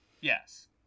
Yes